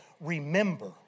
remember